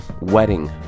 wedding